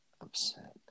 upset